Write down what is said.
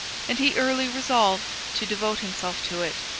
and he early resolved to devote himself to it.